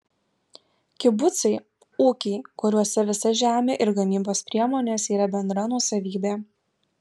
kibucai ūkiai kuriuose visa žemė ir gamybos priemonės yra bendra nuosavybė